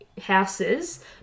houses